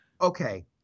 Okay